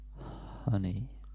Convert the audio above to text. honey